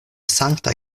sankta